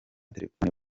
telefoni